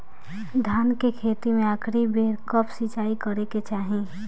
धान के खेती मे आखिरी बेर कब सिचाई करे के चाही?